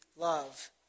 love